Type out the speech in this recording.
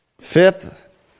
Fifth